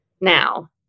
now